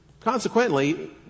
Consequently